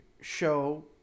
show